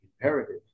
imperative